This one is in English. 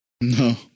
No